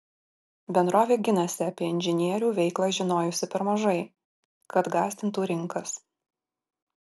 bendrovė ginasi apie inžinierių veiklą žinojusi per mažai kad gąsdintų rinkas